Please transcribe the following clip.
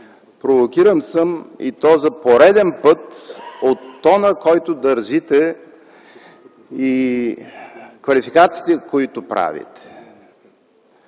провокиран, и то за пореден път, от тона, който държите и квалификациите, които правите.